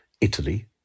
Italy